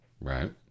right